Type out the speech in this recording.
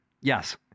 Yes